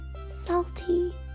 salty